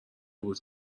بود